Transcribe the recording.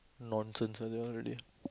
nonsense ah they all really